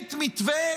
ראשית מתווה